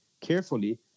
carefully